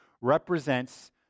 represents